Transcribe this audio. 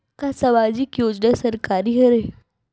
का सामाजिक योजना सरकारी हरे?